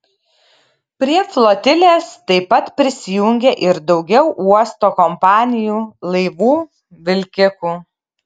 prie flotilės taip pat prisijungė ir daugiau uosto kompanijų laivų vilkikų